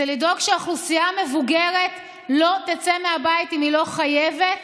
לדאוג שהאוכלוסייה המבוגרת לא תצא מהבית אם היא לא חייבת